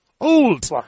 Old